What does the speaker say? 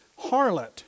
harlot